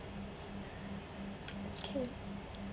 okay